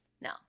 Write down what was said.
No